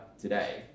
today